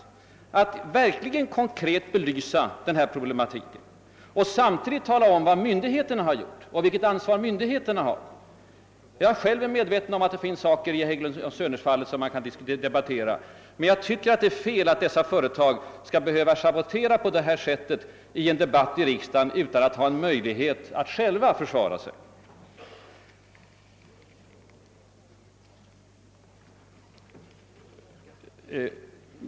Vill statsministern verkligen konkret belysa detta och samtidigt tala om vad myndigheterna har gjort och vilket ansvar myndigheterna har? Jag är själv medveten om att det finns saker i fallet Hägglund & Söner som kan diskuteras, men jag tycker att det är fel ait detta och andra företag skall behöva schavottera på detta sätt i en debatt i riksdagen utan att ha möjlighet att själva försvara sig.